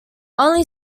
only